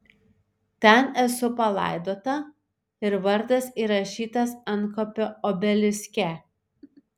ten esu palaidota ir vardas įrašytas antkapio obeliske